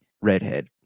redhead